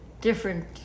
different